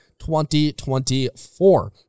2024